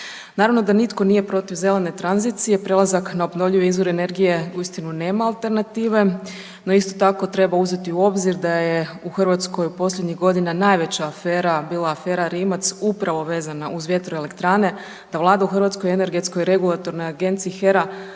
Naravno da nitko nije protiv zelene tranzicije, prelazak na obnovljive izvore energije uistinu nema alternative, no isto tako treba uzeti u obzir da je u Hrvatskoj u posljednjih godina najveća afera bila afera Rimac upravo vezana uz vjetroelektrane, da vlada u Hrvatskoj energetskoj regulatornoj agenciji HERA